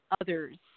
others